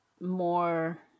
more